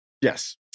Yes